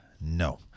No